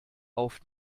auf